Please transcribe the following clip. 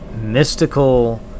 mystical